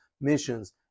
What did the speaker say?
missions